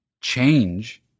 change